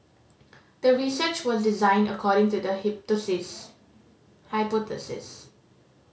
the research was designed according to the hypothesis